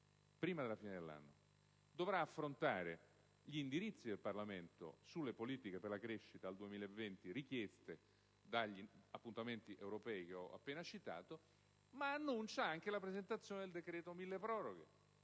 prima della fine dell'anno. Il Governo dovrà affrontare gli indirizzi del Parlamento sulle politiche per la crescita al 2020 richieste dagli appuntamenti europei che ho appena ricordato, ma annuncia anche la presentazione di un cosiddetto decreto milleproroghe.